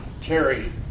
Terry